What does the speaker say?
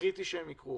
וקריטי שהם יקרו